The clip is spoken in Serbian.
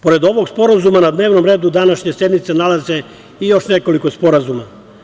Pored ovog sporazuma, na dnevnom redu današnje sednice se nalaze i još nekoliko sporazuma.